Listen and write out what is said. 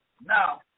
now